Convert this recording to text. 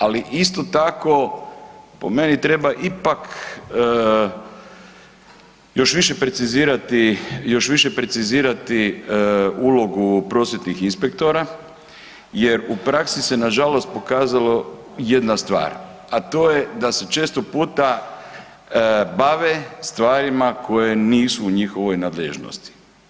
Ali isto tako po meni treba ipak još više precizirati ulogu prosvjetnih inspektora jer u praksi se nažalost pokazalo jedna stvar a to je da su često puta bave stvarima koje nisu u njihovoj nadležnosti.